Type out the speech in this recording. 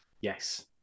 Yes